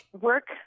work